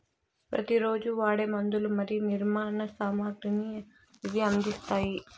ప్రతి రోజు వాడే మందులు మరియు నిర్మాణ సామాగ్రిని ఇవి అందిస్తాయి